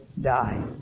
die